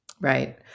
Right